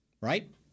Right